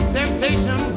temptation